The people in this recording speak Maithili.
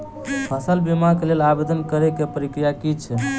फसल बीमा केँ लेल आवेदन करै केँ प्रक्रिया की छै?